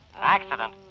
Accident